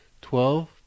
Twelve